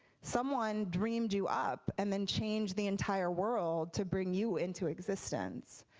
someone dreamed you up and then changed the entire world to bring you into existence.